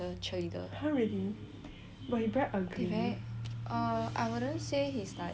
err I wouldn't say he's like